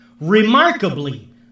remarkably